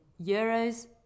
euros